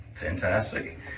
Fantastic